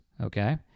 Okay